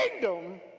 kingdom